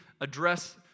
address